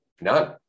none